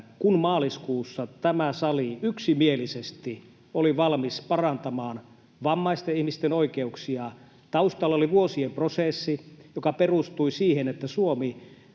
kun maaliskuussa tämä sali yksimielisesti oli valmis parantamaan vammaisten ihmisten oikeuksia, taustalla oli vuosien prosessi, joka perustui siihen, että Suomi